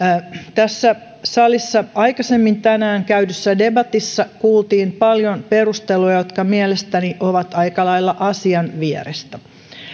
tässä salissa aikaisemmin tänään käydyssä debatissa kuultiin paljon perusteluja jotka mielestäni ovat aika lailla asian vierestä